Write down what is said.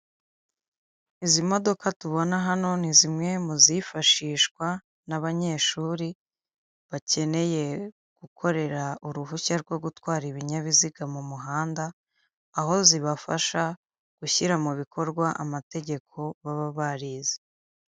Izi modoka tubona hano, ni zimwe mu zifashishwa n'abanyeshuri, bakeneye gukorera uruhushya rwo gutwara ibinyabiziga mu muhanda, aho zibafasha gushyira mu bikorwa amategeko baba barize.